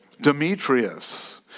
Demetrius